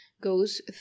goes